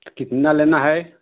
कितना लेना है